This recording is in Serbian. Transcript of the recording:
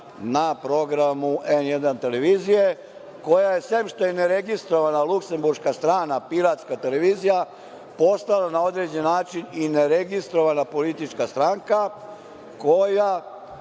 na programu N1 televizije koja je, sem što je neregistrovana luksemburška strana piratska televizija, postala na određen način i neregistrovana politička stranka koja,